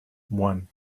one